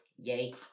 Yay